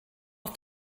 auf